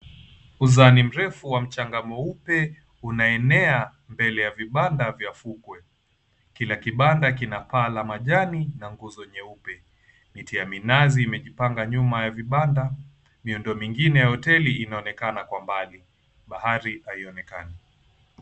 Uzani mrefu wa mchanga mweupe unaenea mbele ya vibanda vya fukwe. Kila kibanda kina paa la majani na nguzo nyeupe. Miti ya minazi imejipanga nyuma ya vibanda, miundo mwingine ya hoteli inaonekana kwa mbali. Bahari haionekani.